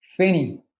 Feni